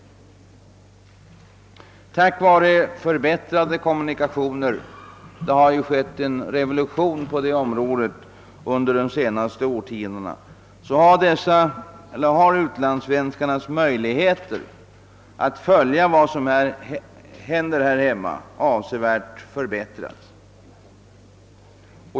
Tack vare förbättrade kommunikationer — det har ju skett en revolution på det området under de senaste årtiondena — har utlandsvenskarnas möjligheter att följa vad som händer här hemma avsevärt förbättrats.